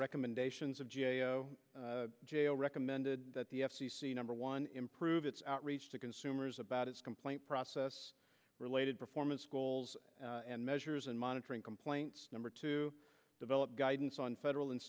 recommendations of g a o jail recommended that the f c c number one improve its outreach to consumers about its complaint process related performance goals and measures and monitoring complaints number to develop guidance on federal and